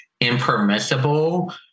impermissible